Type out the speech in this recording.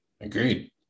Agreed